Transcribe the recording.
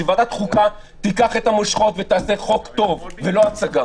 שוועדת החוקה תיקח את המושכות ותעשה חוק טוב ולא הצגה.